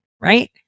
Right